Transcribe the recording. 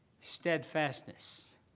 Steadfastness